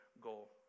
goal